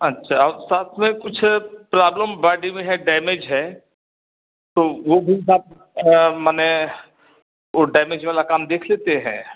अच्छा और साथ में कुछ प्रॉब्लम बडी में है डैमेज है तो वो भी सब माने वो डैमेज वाला काम देख लेते हैं